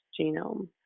genome